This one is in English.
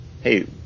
hey